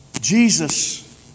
Jesus